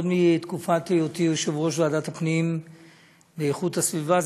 עוד מתקופת היותי יושב-ראש ועדת הפנים ואיכות הסביבה,